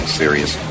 serious